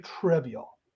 trivial